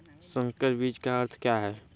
संकर बीज का अर्थ क्या है?